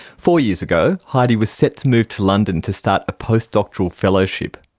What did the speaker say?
four years ago, heidi was set to move to london to start a postdoctoral fellowship.